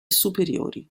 superiori